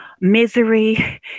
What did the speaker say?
misery